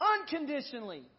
unconditionally